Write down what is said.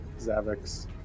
Zavix